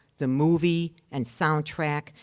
the movie and soundtrack.